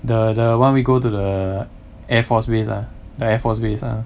the the [one] we go to the air force base ah the air force base ah